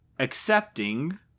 accepting